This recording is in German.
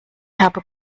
habe